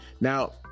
Now